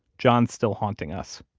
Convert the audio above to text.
john's still haunting us.